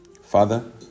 Father